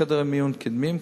חדרי מיון קדמיים,